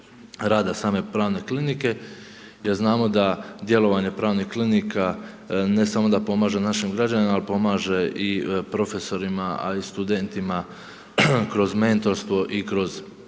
rada same pravne klinike jer znamo da djelovanje pravnih klinika ne samo da pomaže našim građanima ali pomaže i profesorima a i studentima kroz mentorstvo i kroz